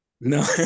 No